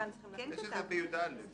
זה נושא של על מי האחריות לכל מיני דברים.